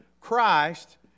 Christ